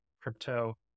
crypto